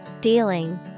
Dealing